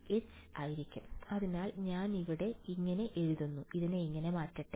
H ആയിരിക്കും അതിനാൽ ഞാൻ ഇത് ഇവിടെ നിന്ന് മാറ്റട്ടെ